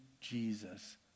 Jesus